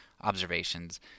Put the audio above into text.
observations